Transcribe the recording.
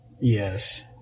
Yes